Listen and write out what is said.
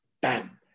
bam